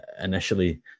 initially